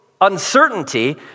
uncertainty